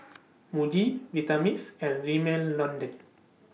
Muji Vitamix and Rimmel London